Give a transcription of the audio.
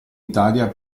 italia